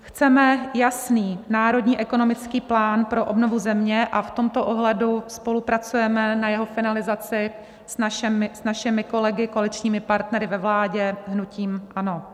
Chceme jasný národní ekonomický plán pro obnovu země a v tomto ohledu spolupracujeme na jeho finalizaci s našimi kolegy, koaličními partnery ve vládě, hnutím ANO.